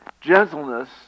gentleness